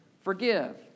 forgive